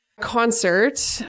concert